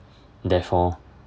therefore